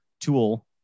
tool